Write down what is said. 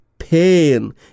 Pain